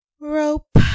Rope